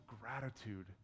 gratitude